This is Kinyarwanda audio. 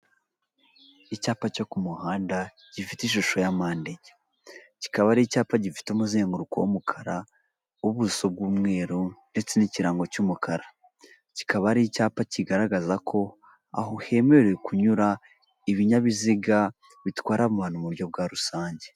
Icyapa cyo ku muhanda gifite ishusho ya mande enye kikaba ari icyapa gifite umuzenguruko w'umukara, ubuso bw'umweru, ndetse n'ikirango cy'umukara kikaba ari icyapa kigaragaza ko aho hemerewe kunyura ibinyabiziga bitwara abantu mu buryo bwa rusange.